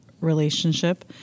relationship